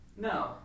No